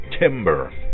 timber